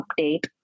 update